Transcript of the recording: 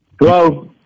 Hello